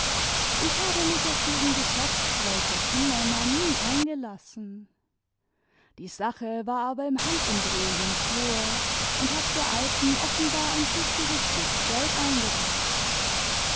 ich habe mich auf diesen geschäftszweig der kindermann nie eingelassen die sache war aber im handumdrehen im flor und hat der alten offenbar ein tüchtiges stück geld eingebtacht